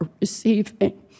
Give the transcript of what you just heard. receiving